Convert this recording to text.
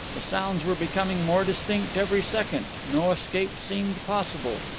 the sounds were becoming more distinct every second no escape seemed possible.